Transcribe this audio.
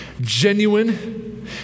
genuine